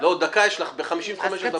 לא, דקה יש לך, ב-55 את מפסיקה.